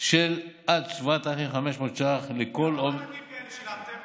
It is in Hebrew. של עד 7,500 ש"ח לכל, כמה מענקים כאלה שילמתם?